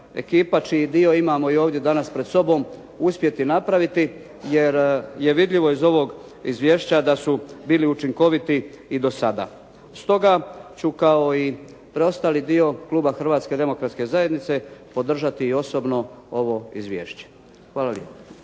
ekipa čiji dio imamo i ovdje danas pred sobom, uspjeti napraviti jer je vidljivo iz ovog izvješća da su bili učinkoviti i do sada. Stoga ću kao i preostali dio kluba Hrvatske demokratske zajednice podržati i osobno ovo izvješće. Hvala lijepo.